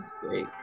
great